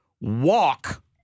walk